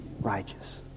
righteous